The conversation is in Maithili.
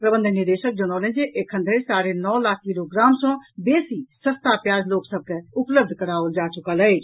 प्रबंध निदेशक जनौलनि जे एखन धरि साढ़े नौ लाख किलोग्राम सँ बेसी सस्ता प्याज लोक सभ के उपलब्ध कराओल जा चुकल अछि